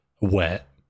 wet